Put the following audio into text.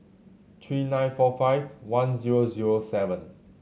three nine four five one zero zero seven